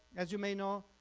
as you may know,